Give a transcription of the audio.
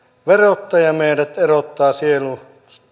verottaja erottaa sielun